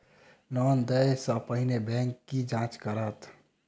Loan देय सा पहिने बैंक की जाँच करत?